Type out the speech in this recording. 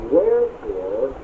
Wherefore